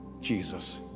Jesus